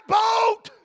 boat